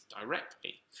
directly